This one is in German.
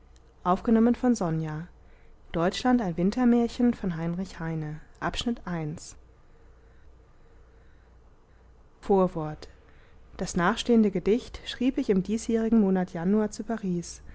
deutschland ein wintermärchen vorwort das nachstehende gedicht schrieb ich im diesjährigen monat januar zu paris